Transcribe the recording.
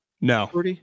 No